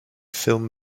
film